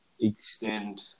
extend